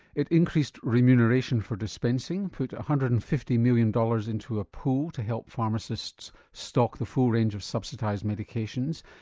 it increased remuneration for dispensing, put one ah hundred and fifty million dollars into a pool to help pharmacists stock the full range of subsidised medications,